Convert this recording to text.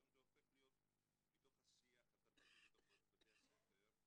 היום זה הופך להיות מתוך השיח התרבותי בתוך בתי הספר,